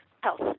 health